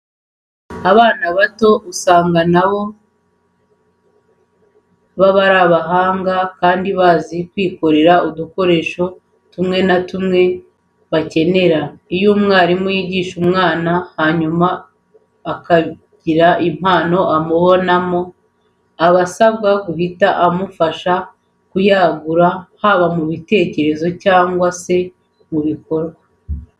Abana bato usanga na bo baba ari abahanga kandi bazi kwikorera udukoresho tumwe na tumwe bakenera. Iyo umwarimu yigisha umunyeshuri hanyuma akagira impano amubonamo, aba asabwa guhita amufasha kuyagura haba mu bitekerezo cyangwa se mu bikorwa.